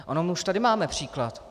Ono už tady máme příklad.